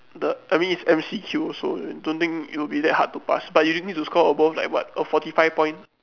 the I mean it's M_C_Q also don't think it'll be that hard to pass but you need to score above like what a forty five points